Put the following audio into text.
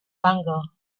bugle